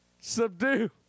subdue